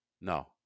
No